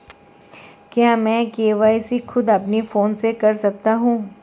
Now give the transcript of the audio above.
क्या मैं के.वाई.सी खुद अपने फोन से कर सकता हूँ?